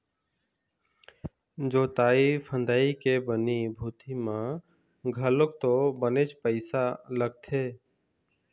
जोंतई फंदई के बनी भूथी म घलोक तो बनेच पइसा लगथे